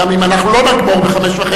גם אם אנחנו לא נגמור ב-17:30,